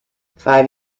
five